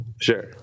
Sure